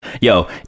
Yo